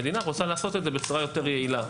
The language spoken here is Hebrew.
המדינה רוצה לעשות את זה בצורה יותר יעילה.